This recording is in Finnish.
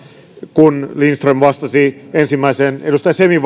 kun lindström vastasi ensimmäiseen edustaja semin